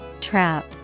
Trap